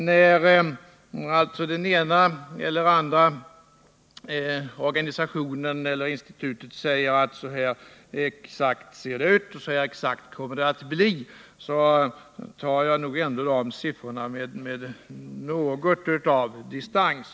När alltså någon institution eller något institut säger att så här exakt ser det ut och så här exakt kommer det att bli, så tar jag nog de siffrorna med en viss distans.